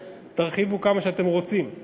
כרגע, שיחד אתי מטפלים בנושא